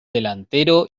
delantero